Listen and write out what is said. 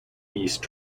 east